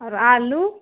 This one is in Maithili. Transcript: आओर आलू